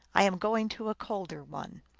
i am going to a colder one.